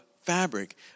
Fabric